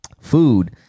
food